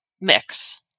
mix